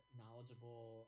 knowledgeable